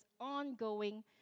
ongoing